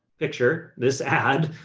picture, this ad,